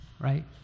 right